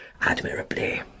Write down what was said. admirably